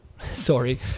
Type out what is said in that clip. sorry